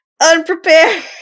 unprepared